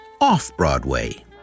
off-Broadway